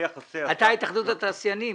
אתה התאחדות התעשיינים,